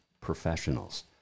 professionals